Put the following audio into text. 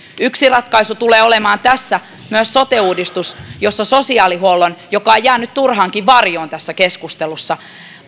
yksi ratkaisu tulee olemaan tässä myös sote uudistus jossa sosiaalihuollon joka on jäänyt turhankin varjoon tässä keskustelussa